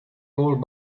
old